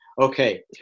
Okay